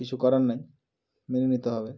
কিছু করার নেই মেনে নিতে হবে